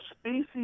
species